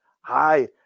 Hi